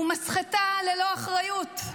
הוא מסחטה ללא אחריות.